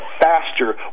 faster